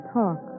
talk